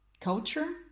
culture